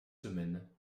semaines